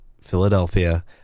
Philadelphia